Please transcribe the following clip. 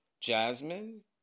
jasmine